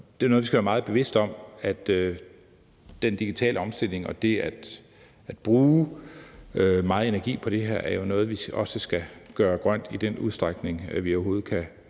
og der skal vi jo være meget bevidst om, at den digitale omstilling og det, at der bruges meget energi på det her, også er noget, som vi skal gøre grønt i den udstrækning, vi overhovedet kan